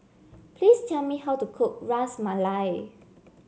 please tell me how to cook Ras Malai